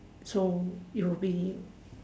so you will be